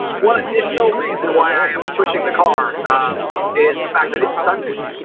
one additional reason why i am pushing the car is the fact that it's sunday.